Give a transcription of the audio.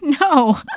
No